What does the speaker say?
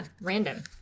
random